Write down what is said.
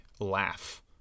laugh